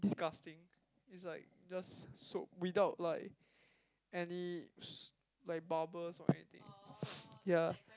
disgusting is like just soap without like any like s~ bubbles or anything ya